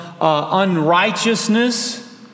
unrighteousness